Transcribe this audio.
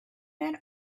men